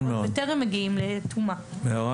אנחנו נעשה מעקב.